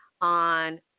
on